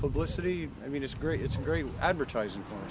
publicity i mean it's great it's great advertising